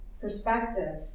perspective